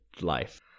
life